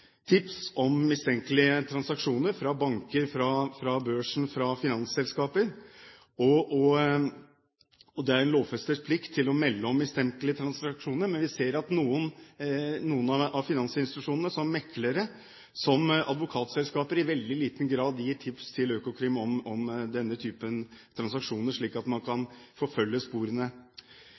tips om mistenkelige transaksjoner fra banker, børsen og finansselskaper. Det er en lovfestet plikt til å melde om mistenkelige transaksjoner, men vi ser at noen av finansinstitusjonene, som meglere eller advokatselskaper, i veldig liten grad gir tips til Økokrim om denne typen transaksjoner slik at man kan forfølge sporene.